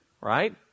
right